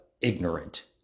ignorant